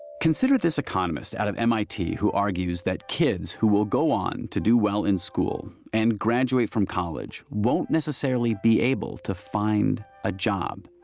consider this economist out of mit argues that kids who will go on to do well in school and graduate from college won't necessarily be able to find a job.